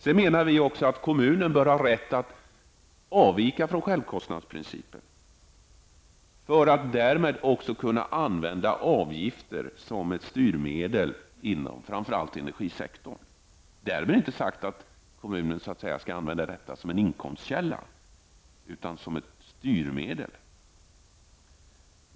Vi vill att kommunerna får rätt att avvika från självkostnadsprincipen för att därmed också kunna använda avgifter som ett styrmedel inom framför allt energisektorn. Därmed inte sagt att kommunerna skall använda detta som en inkomstkälla, utan som ett styrmedel.